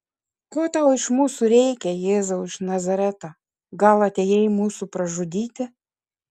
ko tau iš mūsų reikia jėzau iš nazareto gal atėjai mūsų pražudyti